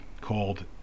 called